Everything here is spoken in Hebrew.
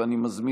מס'